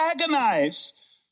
agonize